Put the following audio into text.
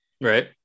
Right